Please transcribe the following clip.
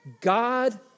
God